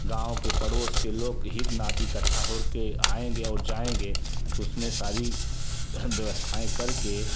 गाँव के पड़ोस के लोग हित नात इकट्ठा होकर आएँगे और जाएँगे तो उसमें सारी व्यवस्थाएँ करके